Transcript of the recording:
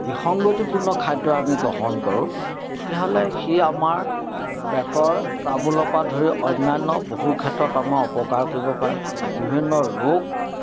বিসংগতিপূৰ্ণ খাদ্য আমি গ্ৰহণ কৰোঁ তেতিয়াহ'লে সি আমাৰ পেটৰ ট্ৰাবুলৰ পৰা ধৰি অন্যান্য বহু ক্ষেত্ৰত আমাৰ অপকাৰ কৰিব পাৰে বিভিন্ন ৰোগ